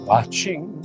Watching